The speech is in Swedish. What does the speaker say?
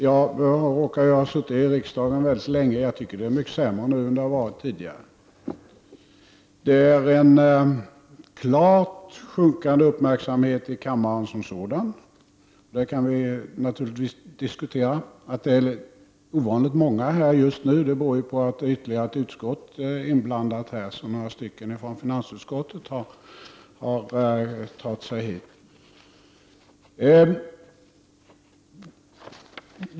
Jag har suttit i riksdagen väldigt länge, och jag tycker att det är mycket sämre nu än vad det har varit tidigare. Det är fråga om en klart sjunkande uppmärksamhet i kammaren som sådan, och det kan vi naturligtvis diskutera. Att det är ovanligt många här just nu beror på att det är ytterligare ett utskott inblandat och att några stycken från finansutskottet har tagit sig hit.